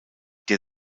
der